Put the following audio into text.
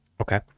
Okay